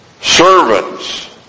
servants